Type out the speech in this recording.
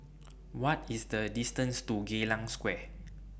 What IS The distance to Geylang Square